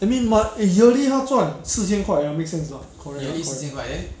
I mean month eh yearly 他赚四千块啊 make sense ah correct ah correct